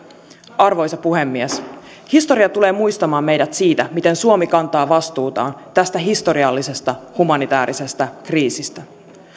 arvoisa puhemies historia tulee muistamaan meidät siitä miten suomi kantaa vastuutaan tästä historiallisesta humanitäärisestä kriisistä